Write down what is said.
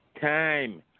time